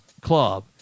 club